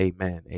Amen